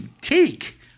take